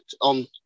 on